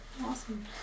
Awesome